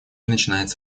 начинается